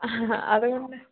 അഹ്ഹാ അതുകൊണ്ട്